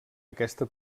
aquesta